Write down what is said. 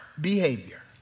behavior